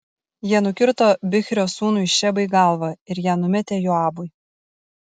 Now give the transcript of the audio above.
jie nukirto bichrio sūnui šebai galvą ir ją numetė joabui